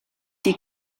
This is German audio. die